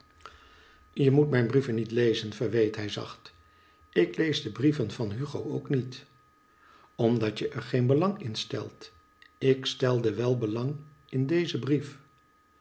je moest mijn brieven niet lezen verweet hij zacht ik lees de brieven van hugo ook niet omdat je er geen belang in stelt ik stelde wel belang in dezen brief